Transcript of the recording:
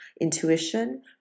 intuition